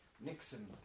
Nixon